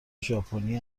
ژاپنی